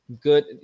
Good